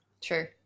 True